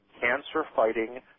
cancer-fighting